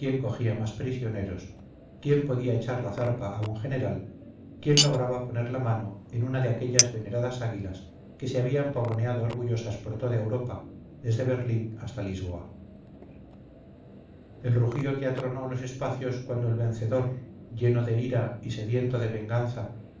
cogía más prisioneros quién podía echar la zarpa a un general quién lograba poner la mano en una de aquellas veneradas águilas que se habían pavoneado orgullosas por toda europa desde berlín hasta lisboa el rugido que atronó los espacios cuando el vencedor lleno de ira y sediento de venganza